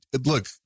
look